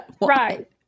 Right